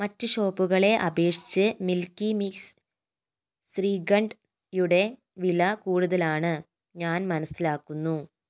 മറ്റ് ഷോപ്പുകളെ അപേക്ഷിച്ച് മിൽക്കി മിസ്റ്റ് ശ്രീഖണ്ഡ് യുടെ വില കൂടുതലാണ് ഞാൻ മനസ്സിലാക്കുന്നു